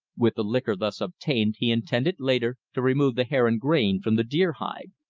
with the liquor thus obtained he intended later to remove the hair and grain from the deer hide.